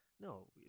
no